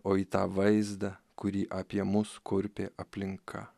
o į tą vaizdą kurį apie mus kurpė aplinka